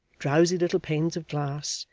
drowsy little panes of glass,